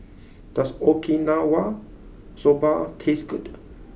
does Okinawa Soba taste good